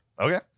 Okay